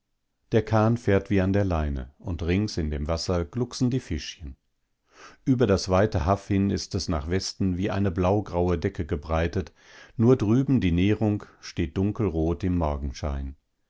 der kahn fährt wie an der leine und rings in dem wasser glucksen die fischchen über das weite haff hin ist es nach westen wie eine blaugraue decke gebreitet nur drüben die nehrung steht dunkelrot im morgenschein